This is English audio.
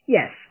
Yes